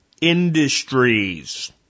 industries